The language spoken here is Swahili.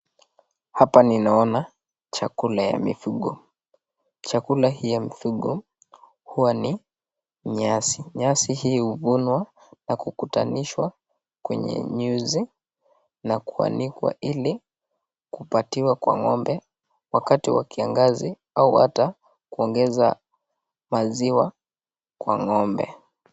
Hapa ninaona chakula ya mifugo. Chakula hii ya mifugo huwa ni nyasi. Nyasi hii huvunwa na kukutanishwa kwenye nyuzi na kuanikwa ili kupatiwa kwa ng'ombe wakati wa kiangazi au hata kwa kuongeza maziwa kwa ng'ombe.